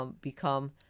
become